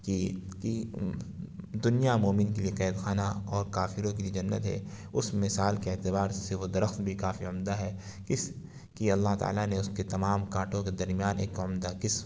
کہ کہ دنیا مومن کے لیے قید خانہ اور کافروں کے لیے جنت ہے اس مثال کے اعتبار سے وہ درخت بھی کافی عمدہ ہے اس کی اللہ تعالیٰ نے اس کے تمام کانٹوں کے درمیان ایک عمدہ قسم